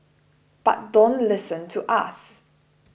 but don't listen to us